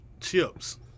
chips